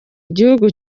igihugu